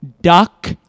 Duck